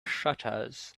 shutters